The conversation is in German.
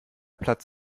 platz